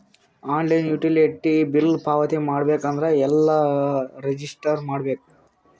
Online utility bill ಪಾವತಿ ಮಾಡಬೇಕು ಅಂದ್ರ ಎಲ್ಲ ರಜಿಸ್ಟರ್ ಮಾಡ್ಬೇಕು?